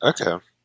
Okay